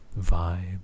vibe